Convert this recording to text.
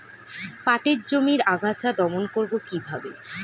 পাটের জমির আগাছা দমন করবো কিভাবে?